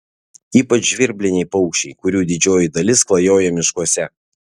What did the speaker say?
ypač žvirbliniai paukščiai kurių didžioji dalis klajoja miškuose